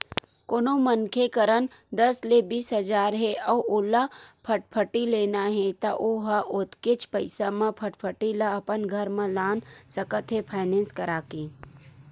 कोनो मनखे करन दस ले बीस हजार हे अउ ओला फटफटी लेना हे त ओ ह ओतकेच पइसा म फटफटी ल अपन घर म लान सकत हे फायनेंस करा के